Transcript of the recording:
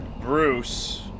Bruce